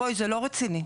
בואי, זה לא רציני.